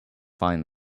find